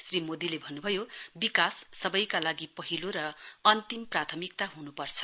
श्री मोदीले भन्नुभयो विकास सवैका लागि पहिलो र अन्तिम प्राथमिकता हुनुपर्छ